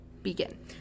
Begin